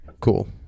Cool